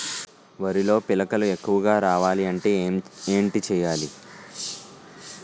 వరిలో పిలకలు ఎక్కువుగా రావాలి అంటే ఏంటి చేయాలి?